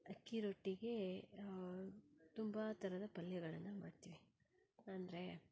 ಆಕ್ಕಿ ರೊಟ್ಟಿಗೆ ತುಂಬ ಥರದ ಪಲ್ಯಗಳನ್ನು ಮಾಡ್ತೀವಿ ಅಂದರೆ